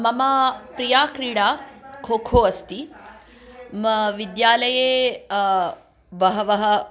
मम प्रिया क्रीडा खोखो अस्ति मम विद्यालये बहवः